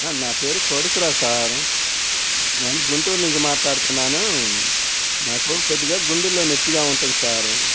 నా పేరు కోటీశ్వరావు సార్ నేను గుంటూరు నుంచి మాట్లాడుతున్నాను నాకు కొద్దిగా గుండెలో నోప్పిగా ఉంటుంది సార్